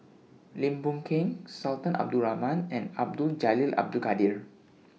Lim Boon Keng Sultan Abdul Rahman and Abdul Jalil Abdul Kadir